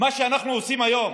מה שאנחנו עושים היום,